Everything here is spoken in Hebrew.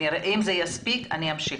אם זה יספיק אני אמשיך.